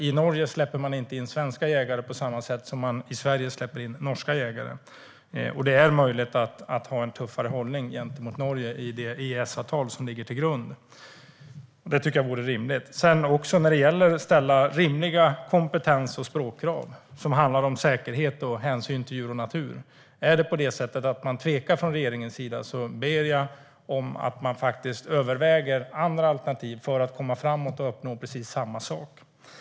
I Norge släpper man ju inte in svenska jägare på samma sätt som man i Sverige släpper in norska jägare, och det är möjligt att ha en tuffare hållning gentemot Norge i det EES-avtal som ligger som grund. Det tycker jag vore rimligt. Om det är det på det sättet att regeringen tvekar när det gäller att ställa rimliga kompetens och språkkrav som handlar om säkerhet och hänsyn till djur och natur ber jag att man faktiskt överväger andra alternativ för att komma framåt och uppnå precis samma sak. Fru ålderspresident!